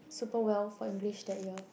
super well for English that your